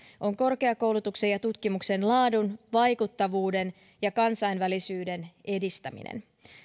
on korkeakoulutuksen ja tutkimuksen laadun vaikuttavuuden ja kansainvälisyyden edistäminen